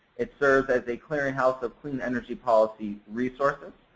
it serves as a clearinghouse of clean energy policy resources.